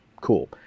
cool